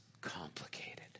complicated